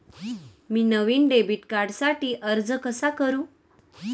मी नवीन डेबिट कार्डसाठी अर्ज कसा करू?